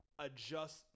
adjust